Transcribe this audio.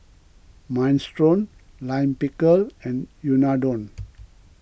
Minestrone Lime Pickle and Unadon